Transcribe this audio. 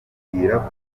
bamubwira